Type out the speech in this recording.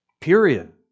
Period